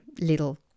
little